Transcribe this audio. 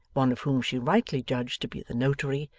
one of whom she rightly judged to be the notary,